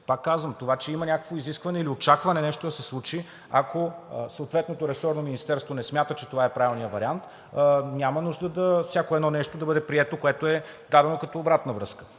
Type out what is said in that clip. Пак казвам, това, че има някакво изискване или очакване нещо да се случи, ако съответното ресорно министерство не смята, че това е правилният вариант, няма нужда всяко нещо да бъде прието, което е давано като обратна връзка.